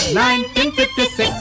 1956